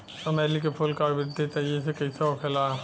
चमेली क फूल क वृद्धि तेजी से कईसे होखेला?